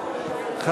המשפטי,